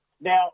Now